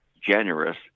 generous